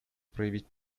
проявить